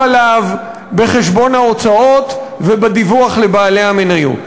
עליו בחשבון ההוצאות ובדיווח לבעלי המניות.